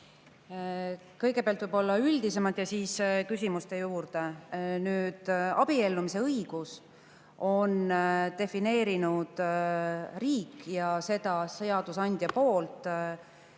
Kõigepealt võib-olla üldisemalt ja siis küsimuste juurde. Nüüd, abiellumise õiguse on defineerinud riik ja seda seadusandja poolt